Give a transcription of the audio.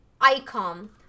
icon